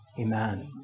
Amen